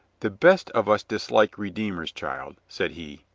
the best of us dislike redeemers, child, said he,